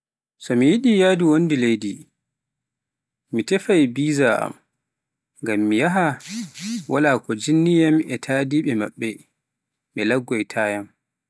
So mi yiɗi me yahhdu wonde leydi, mi teffai visa ngam mi yahha wala ko jinniyan e tadeɓe maɓɓe, ɓe laggoita yam.